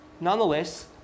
Nonetheless